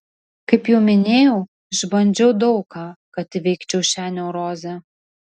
kaip jau minėjau išbandžiau daug ką kad įveikčiau šią neurozę